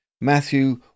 Matthew